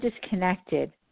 disconnected